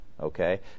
Okay